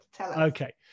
Okay